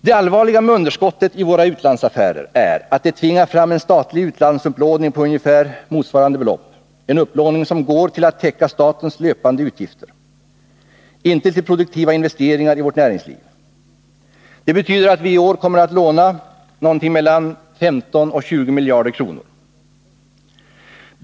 Det allvarliga med underskottet i våra utlandsaffärer är att det tvingar fram en statlig utlandsupplåning på ungefär motsvarande belopp, en upplåning som går till att täcka statens löpande utgifter, inte till produktiva investeringar i vårt näringsliv. Det betyder att vi i år kommer att låna någonting mellan 15 och 20 miljarder kronor.